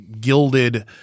gilded